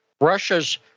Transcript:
Russia's